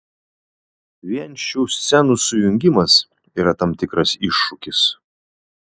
vien šių scenų sujungimas yra tam tikras iššūkis